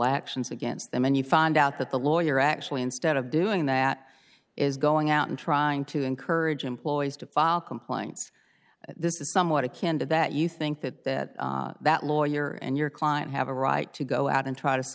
actions against them and you find out that the lawyer actually instead of doing that is going out and trying to encourage employees to file complaints this is somewhat akin to that you think that that lawyer and your client have a right to go out and try to